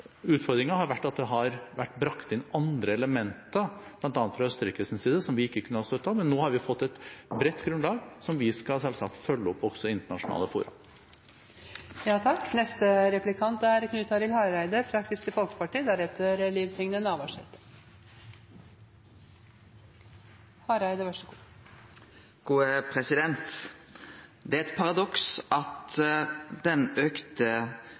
har vært at det har vært brakt inn andre elementer, bl.a. fra Østerrikes side, som vi ikke har kunnet støtte, men nå har vi fått et bredt grunnlag som vi selvsagt skal følge opp også i internasjonale fora. Det er eit paradoks at den auka flyktningtilstrøyminga me har hatt i Europa, har ført til at dei rammene vi bruker på kampen mot fattigdom, reelt sett har gått ned. Det er